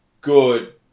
good